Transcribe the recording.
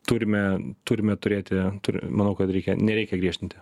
turime turime turėti antr manau kad reikia nereikia griežtinti